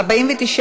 סעיפים 1 2 נתקבלו.